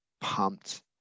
pumped